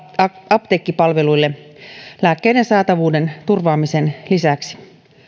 apteekkipalveluille lääkkeiden saatavuuden turvaamisen lisäksi